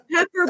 Pepper